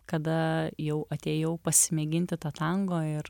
kada jau atėjau pasimėginti tą tango ir